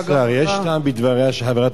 יש טעם בדבריה של חברת הכנסת,